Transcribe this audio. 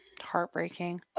heartbreaking